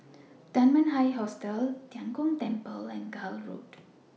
Dunman High Hostel Tian Kong Temple and Gul Road